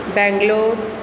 Bangalore